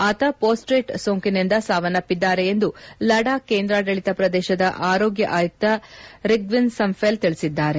ಆತ ಮೋಸ್ಟೇಟ್ ಸೋಂಕಿನಿಂದ ಸಾವನ್ನಪ್ಪಿದ್ದಾರೆ ಎಂದು ಲಡಾಕ್ ಕೇಂದ್ರಾಡಳಿತ ಪ್ರದೇಶದ ಆರೋಗ್ಡ ಆಯುಕ್ತ ರಿಗ್ವಿನ್ ಸಂಫೆಲ್ ತಿಳಿಸಿದ್ದಾರೆ